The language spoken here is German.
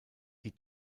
die